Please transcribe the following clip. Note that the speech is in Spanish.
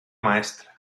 maestra